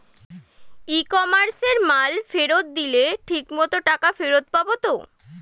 ই কমার্সে মাল ফেরত দিলে ঠিক মতো টাকা ফেরত পাব তো?